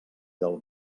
del